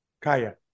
Kaya